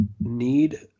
need